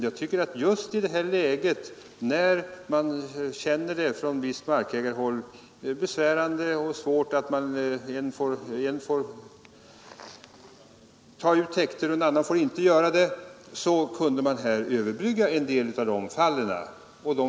Jag tycker just i det här läget, när man känner det från visst markägarhåll besvärande och hårt — en får ta upp en täkt och en annan får inte göra det — så kunde man här överbrygga en del av orättvisorna.